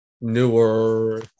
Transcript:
newer